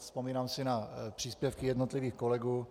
Vzpomínám si na příspěvky jednotlivých kolegů.